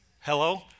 Hello